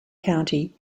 county